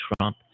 Trump